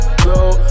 blue